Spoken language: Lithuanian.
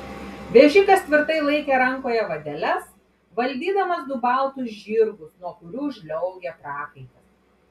vežikas tvirtai laikė rankoje vadeles valdydamas du baltus žirgus nuo kurių žliaugė prakaitas